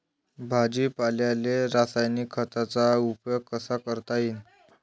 भाजीपाल्याले रासायनिक खतांचा उपयोग कसा करता येईन?